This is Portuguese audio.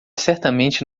certamente